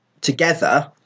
together